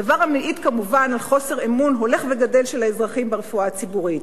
דבר המעיד כמובן על חוסר אמון הולך וגדל של האזרחים ברפואה הציבורית.